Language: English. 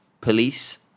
police